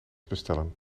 bestellen